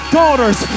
daughters